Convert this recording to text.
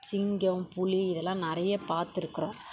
சிங்கம் புலி இதெல்லாம் நிறைய பார்த்துருக்குறோம்